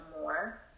more